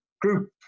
Group